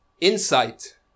Insight